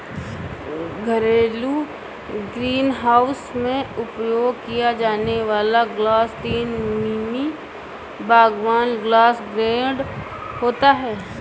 घरेलू ग्रीनहाउस में उपयोग किया जाने वाला ग्लास तीन मिमी बागवानी ग्लास ग्रेड होता है